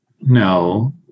no